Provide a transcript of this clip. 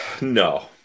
no